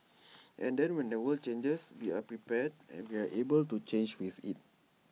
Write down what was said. and then when the world changes we are prepared and we are able to change with IT